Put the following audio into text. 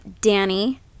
Danny